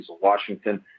Washington